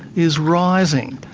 is rising,